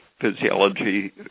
physiology